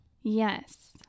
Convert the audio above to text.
Yes